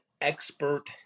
expert